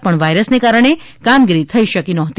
પણ વાયરસને કારણે કામગીરી થઇ શકી નહોતી